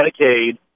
Medicaid